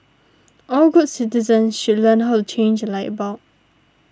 all good citizens should learn how to change a light bulb